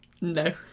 No